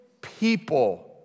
people